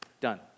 Done